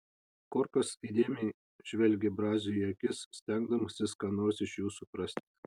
korkas įdėmiai žvelgė braziui į akis stengdamasis ką nors iš jų suprasti